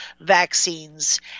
vaccines